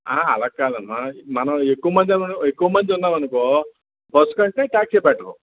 ఆ అలాగ కాదమ్మా మనం ఎక్కువమంది ఎక్కువమంది ఉన్నాం అనుకో బస్ కంటే ట్యాక్సీ ఏ బెటర్